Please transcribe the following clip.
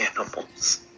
animals